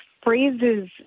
phrases